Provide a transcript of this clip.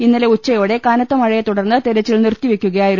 ഇന്നലെ ഉച്ചയോടെ കനത്തമഴയെ തുടർന്ന് തെരച്ചിൽ നിർത്തിവെക്കുക്യായിരുന്നു